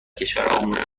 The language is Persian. کشور